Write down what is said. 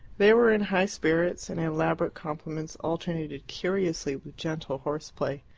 they were in high spirits, and elaborate compliments alternated curiously with gentle horseplay.